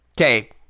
Okay